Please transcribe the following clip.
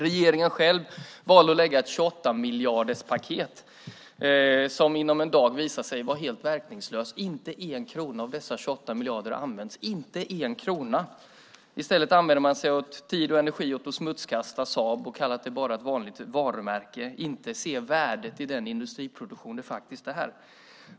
Regeringen själv valde att lägga fram ett 28-miljarderspaket som inom en dag visade sig vara helt verkningslöst. Inte en krona av dessa 28 miljarder har använts. I stället använder man tid och energi åt att smutskasta Saab och säger att det bara är ett vanligt varumärke. Man ser inte värdet i den industriproduktion som det faktiskt är.